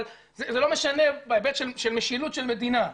אבל זה לא משנה בהיבט של משילות של מדינה.